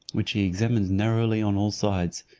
which he examined narrowly on all sides,